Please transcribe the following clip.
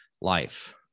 life